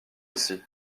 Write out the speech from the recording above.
ici